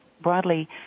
broadly